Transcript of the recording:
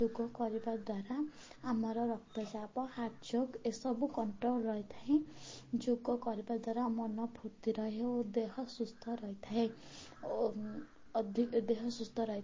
ଯୋଗ କରିବା ଦ୍ୱାରା ଆମର ରକ୍ତଚାପ ହାର୍ଟ୍ ଚୋକ୍ ଏସବୁ କଣ୍ଟ୍ରୋଲ ରହିଥାଏ ଯୋଗ କରିବା ଦ୍ୱାରା ମନ ଫୂର୍ତ୍ତି ରହେ ଓ ଦେହ ସୁସ୍ଥ ରହିଥାଏ ଓ ଦେହ ସୁସ୍ଥ ରହିଥାଏ